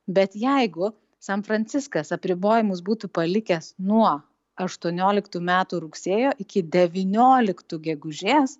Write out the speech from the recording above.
bet jeigu san franciskas apribojimus būtų palikęs nuo aštuonioliktų metų rugsėjo iki devynioliktų gegužės